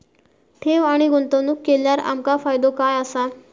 ठेव आणि गुंतवणूक केल्यार आमका फायदो काय आसा?